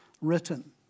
written